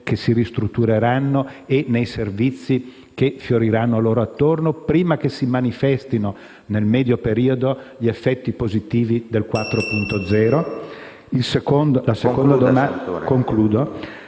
che si ristruttureranno e nei servizi che fioriranno loro attorno, prima che si manifestino nel medio periodo gli effetti positivi del citato piano?